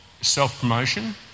self-promotion